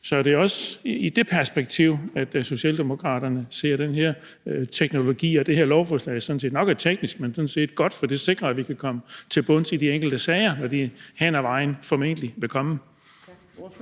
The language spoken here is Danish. Så er det også i det perspektiv, at Socialdemokraterne ser den her teknologi og det her lovforslag, som sådan set nok er teknisk, men det er sådan set godt, for det sikrer, at vi kan komme til bunds i de enkelte sager, når de hen ad vejen formentlig vil komme?